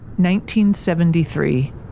1973